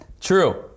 True